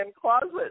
closets